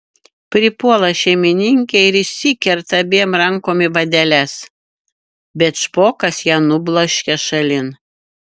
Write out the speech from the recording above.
pripuola šeimininkė ir įsikerta abiem rankom į vadeles bet špokas ją nubloškia šalin